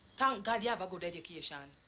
thank god you have a good education.